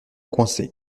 coincé